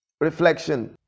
Reflection